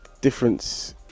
difference